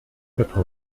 quatre